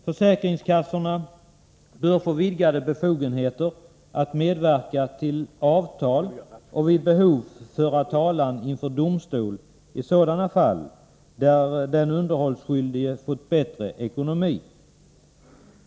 Försäkringskassorna bör få vidgade befogenheter att medverka till avtal och att vid behov föra talan inför domstol i sådana fall där den underhållsskyldige fått bättre ekonomi.